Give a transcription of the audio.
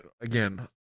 again